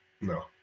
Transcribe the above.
No